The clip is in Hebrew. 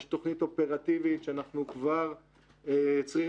יש תוכנית אופרטיבית שאנחנו כבר צריכים